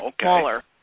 smaller